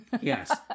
Yes